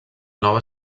nova